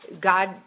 God